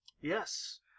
Yes